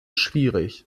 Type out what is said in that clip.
schwierig